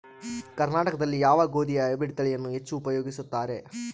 ಕರ್ನಾಟಕದಲ್ಲಿ ಯಾವ ಗೋಧಿಯ ಹೈಬ್ರಿಡ್ ತಳಿಯನ್ನು ಹೆಚ್ಚು ಉಪಯೋಗಿಸುತ್ತಾರೆ?